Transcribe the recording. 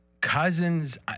Cousins